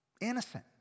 innocent